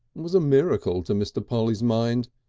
was a miracle to mr. polly's mind,